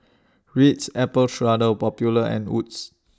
Ritz Apple Strudel Popular and Wood's